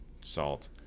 salt